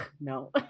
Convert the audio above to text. no